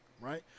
right